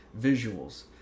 visuals